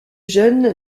jeune